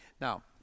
now